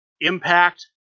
impact